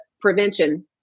prevention